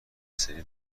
سری